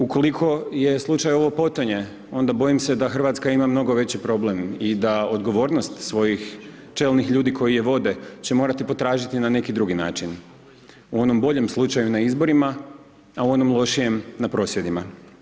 Ukoliko je slučaj ovo potanje, onda bojim se da RH ima mnogo veći problem i da odgovornost svojih čelnih ljudi koji je vode će morati potražiti na neki drugi način, u onom boljem slučaju, na izborima, a u onom lošijem, na prosvjedima.